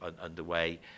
underway